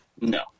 No